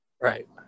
Right